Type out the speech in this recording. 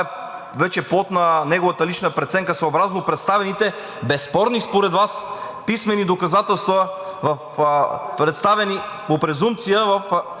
вече е плод на неговата лична преценка съобразно представените безспорни според Вас писмени доказателства, представени по презумпция в